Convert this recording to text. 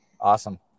Awesome